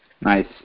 Nice